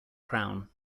crown